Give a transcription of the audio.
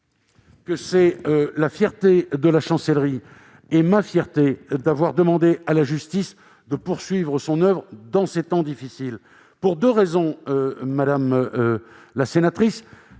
C'est la fierté de la Chancellerie, et ma fierté, d'avoir demandé à la justice de poursuivre son oeuvre dans ces temps difficiles. Deux raisons à cela, madame la sénatrice